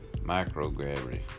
Microgravity